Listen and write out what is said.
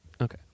Okay